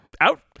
out